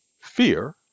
fear